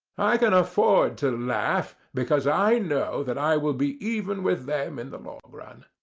i can afford to laugh, because i know that i will be even with them in the long run.